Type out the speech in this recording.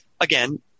Again